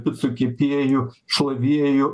picų kepėju šlavėju